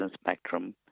spectrum